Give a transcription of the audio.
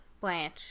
Blanche